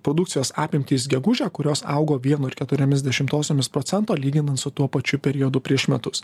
produkcijos apimtys gegužę kurios augo vienu ir keturiomis dešimtosiomis procento lyginant su tuo pačiu periodu prieš metus